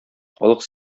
халык